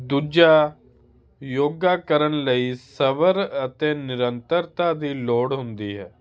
ਦੂਜਾ ਯੋਗਾ ਕਰਨ ਲਈ ਸਬਰ ਅਤੇ ਨਿਰੰਤਰਤਾ ਦੀ ਲੋੜ ਹੁੰਦੀ ਹੈ